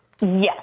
Yes